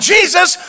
Jesus